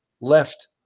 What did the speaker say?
left